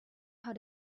how